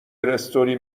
استوری